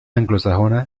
anglosajona